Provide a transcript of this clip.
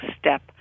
step